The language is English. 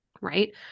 right